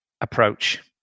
approach